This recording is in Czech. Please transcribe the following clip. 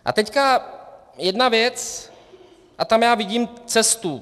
A teď jedna věc a tam já vidím cestu.